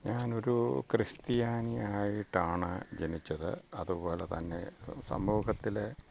ഞാനൊരു ക്രിസ്ത്യാനിയായിട്ടാണ് ജനിച്ചത് അതുപോലെ തന്നെ സമൂഹത്തിലെ